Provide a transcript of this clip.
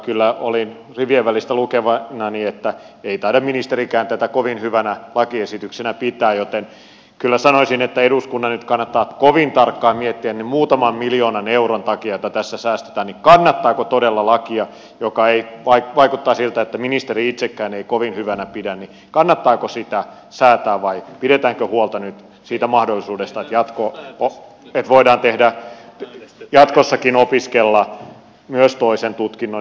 kyllä olin rivien välistä lukevinani että ei taida ministerikään tätä kovin hyvänä lakiesityksenä pitää joten kyllä sanoisin että eduskunnan nyt kannattaa kovin tarkkaan miettiä kannattaako säätää muutaman miljoonan euron takia jotka tässä säästetään todella lakia joka vaikuttaa siltä että ministeri itsekään ei sitä kovin hyvänä pidä vai pidetäänkö huolta nyt siitä mahdollisuudesta että voidaan jatkossakin opiskella myös toinen tutkinto